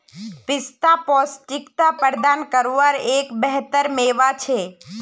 पिस्ता पौष्टिकता प्रदान कारवार एक बेहतर मेवा छे